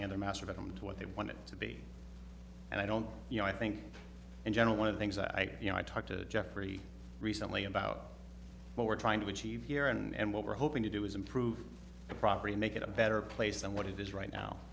and the master bedroom what they want it to be and i don't you know i think in general one of the things i you know i talked to jeffrey recently about what we're trying to achieve here and what we're hoping to do is improve the property make it a better place than what it is right now